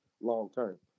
long-term